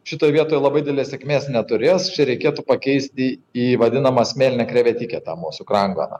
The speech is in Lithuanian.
šitoj vietoj labai didelės sėkmės neturės čia reikėtų pakeisti į vadinamą smėlinę krevetę tą mūsų kranganą